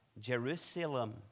Jerusalem